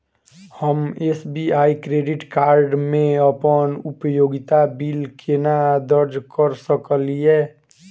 हम SBI credit card मे अप्पन उपयोगिता बिल केना दर्ज करऽ सकलिये?